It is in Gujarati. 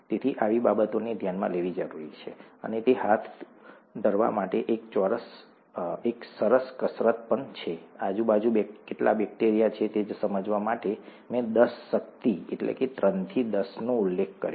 તેથી આવી બાબતોને ધ્યાનમાં લેવી જરૂરી છે અને તે હાથ ધરવા માટે એક સરસ કસરત પણ છે આજુબાજુ કેટલા બેક્ટેરિયા છે તે સમજવા માટે મેં દસ શક્તિ એટલે કે ત્રણથી દસનો ઉલ્લેખ કર્યો